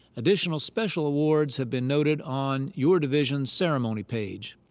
additional special awards have been noted on your division's ceremony page.